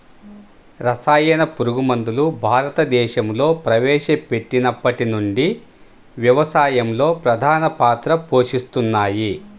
రసాయన పురుగుమందులు భారతదేశంలో ప్రవేశపెట్టినప్పటి నుండి వ్యవసాయంలో ప్రధాన పాత్ర పోషిస్తున్నాయి